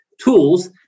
tools